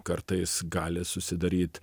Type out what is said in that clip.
kartais gali susidaryt